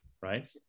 Right